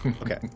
Okay